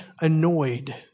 annoyed